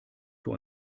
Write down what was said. für